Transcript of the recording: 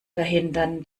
verhindern